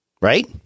Right